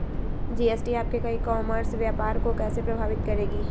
GST आपके e commerce व्यापार को कैसे प्रभावित करेगी?